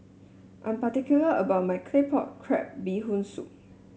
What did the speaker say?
I am particular about my Claypot Crab Bee Hoon Soup